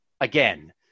again